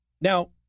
now